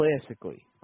classically